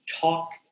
talk